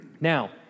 Now